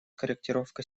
корректировка